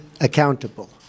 accountable